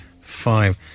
five